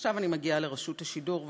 עכשיו אני מגיעה לרשות השידור,